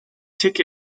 tick